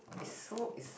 is so is